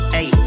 Hey